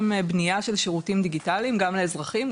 בניה של שירותים דיגיטליים גם לאזרחים,